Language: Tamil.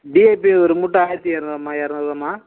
டீஐபி ஒரு மூட்டை ஆயிரத்தி இரநூறுவாம்மா இரநூறுவாம்மா